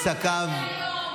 אין אומץ כזה היום.